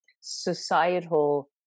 societal